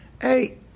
hey